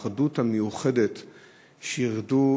באחדות המיוחדת שאיחדו.